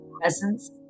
presence